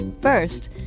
First